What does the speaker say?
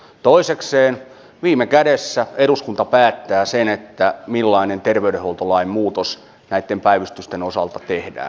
toisekseen viime kädessä eduskunta päättää sen millainen terveydenhuoltolain muutos näitten päivystysten osalta tehdään